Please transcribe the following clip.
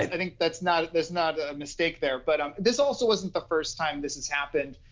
i think that's not, there's not a mistake there. but um this also isn't the first time this has happened.